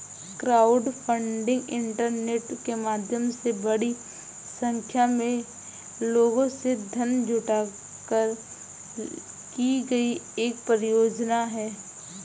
crowdfunding internet के माध्यम से बड़ी संख्या में लोगों से धन जुटाकर की गई एक परियोजना है